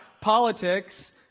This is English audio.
politics